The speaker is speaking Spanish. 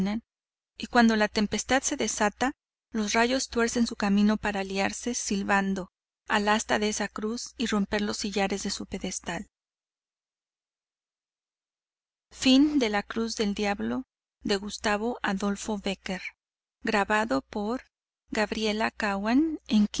y cuando la tempestad se desata los rayos tuercen su camino para liarse silbando al asta de esa cruz y romper los sillares de su pedestal la rosa de pasión leyenda religiosa de gustavo adolfo bécquer